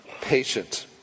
patient